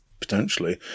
potentially